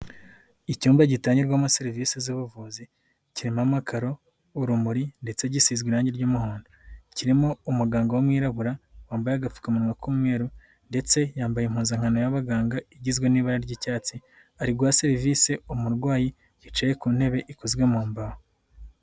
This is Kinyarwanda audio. Icyumba gitangirwamo serivisi z'ubuvuzi kirimo amakaro, urumuri ndetse gisizwe irangi ry'umuhondo, kirimo umuganga w'umwirabura wambaye agapfukamunwa k'umweru ndetse yambaye impuzankano y'abaganga igizwe n'ibara ry'icyatsi, arire guha serivisi umurwayi wicaye ku ntebe ikozwe mu mbaho.